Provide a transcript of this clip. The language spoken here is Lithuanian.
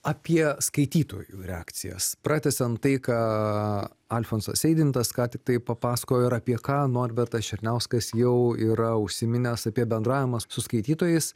apie skaitytojų reakcijas pratęsiant tai ką alfonsas eidintas ką tiktai papasakojo ir apie ką norbertas černiauskas jau yra užsiminęs apie bendravimą su skaitytojais